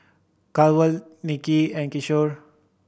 Kanwaljit and Kishore